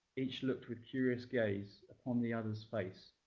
each looked with curious gaze upon the other's face,